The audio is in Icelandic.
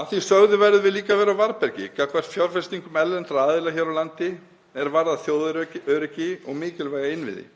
Að því sögðu verðum við líka að vera á varðbergi gagnvart fjárfestingum erlendra aðila hér á landi er varða þjóðaröryggi og mikilvæga innviði.